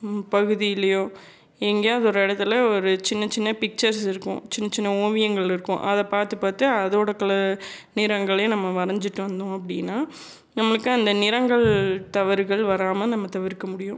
பகுதிலேயோ எங்கேயாவது ஒரு இடத்துல ஒரு சின்ன சின்ன பிக்சர்ஸ் இருக்கும் சின்ன சின்ன ஓவியங்கள் இருக்கும் அதை பார்த்து பார்த்து அதோட கலர் நிறங்களையும் நம்ம வரைஞ்சிட்டு வந்தோம் அப்படினா நம்மளுக்கு அந்த நிறங்கள் தவறுகள் வராம நம்ம தவிர்க்க முடியும்